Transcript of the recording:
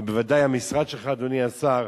ובוודאי המשרד שלך, אדוני השר,